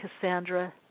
Cassandra